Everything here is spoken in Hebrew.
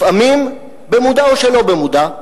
לפעמים במודע או שלא במודע,